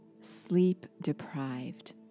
sleep-deprived